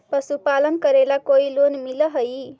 पशुपालन करेला कोई लोन मिल हइ?